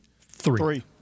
Three